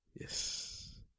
Yes